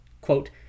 Quote